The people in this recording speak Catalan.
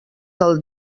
del